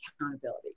accountability